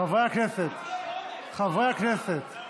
חברי הכנסת.